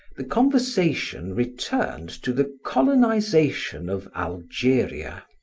the conversation returned to the colonization of algeria.